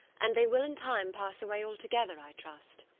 and they will in time pass away altogether, i trust.